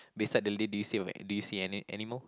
beside the lady you see do you see any animal